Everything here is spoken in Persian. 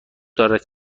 دارد